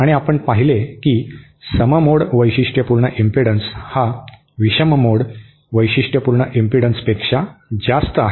आणि आपण पाहिले की सम मोड वैशिष्ट्यपूर्ण इम्पेडन्स हा विषम मोड वैशिष्ट्यपूर्ण इम्पेडन्सपेक्षा जास्त आहे